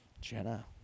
Jenna